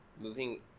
moving